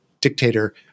dictator